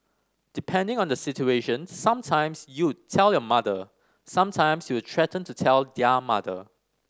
depending on the situation some times you would tell your mother some times you will threaten to tell their mother